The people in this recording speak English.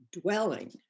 dwelling